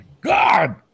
god